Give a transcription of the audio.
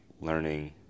learning